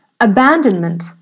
abandonment